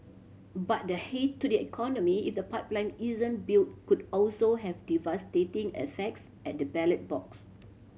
but the hit to the economy if the pipeline isn't built could also have devastating effects at the ballot box